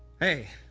hey,